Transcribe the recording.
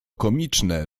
komiczne